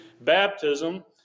baptism